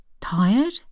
tired